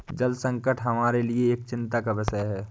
जल संकट हमारे लिए एक चिंता का विषय है